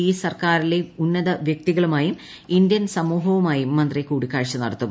E സർക്കാരിലെ ഉന്നതവൃക്തികളുമായും Indian സമൂഹവുമായും മന്ത്രി കൂടികാഴ്ച നടത്തും